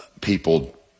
people